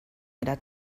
era